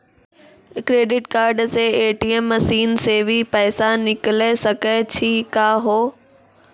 Credit card से ATM machine से भी पैसा निकल सकै छि का हो?